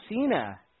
Cena